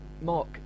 Mark